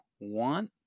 want